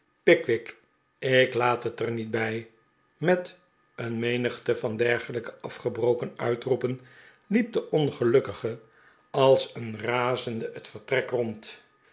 pickwick ik laat het er niet bij met een menigte van dergelijke afgebroken uitroepen liep de ongelukkige als een razende het vertrek rond